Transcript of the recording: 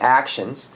actions